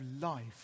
life